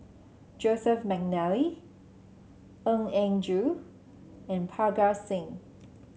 Joseph McNally Eng Yin Joo and Parga Singh